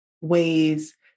ways